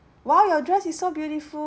!wow! your dress is so beautifu~